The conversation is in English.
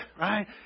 Right